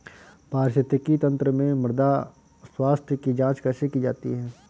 पारिस्थितिकी तंत्र में मृदा स्वास्थ्य की जांच कैसे की जाती है?